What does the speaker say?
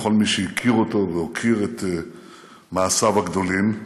לכל מי שהכיר אותו והוקיר את מעשיו הגדולים,